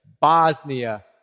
Bosnia